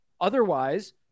otherwise